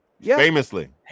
Famously